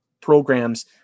programs